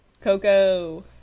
coco